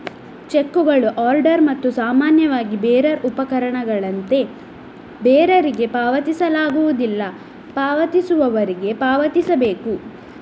ಚೆಕ್ಕುಗಳು ಆರ್ಡರ್ ಮತ್ತು ಸಾಮಾನ್ಯವಾಗಿ ಬೇರರ್ ಉಪಪಕರಣಗಳಂತೆ ಬೇರರಿಗೆ ಪಾವತಿಸಲಾಗುವುದಿಲ್ಲ, ಪಾವತಿಸುವವರಿಗೆ ಪಾವತಿಸಬೇಕು